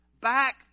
back